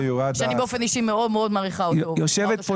שאני באופן אישי מאוד-מאוד מעריכה אותו --- יושבת פה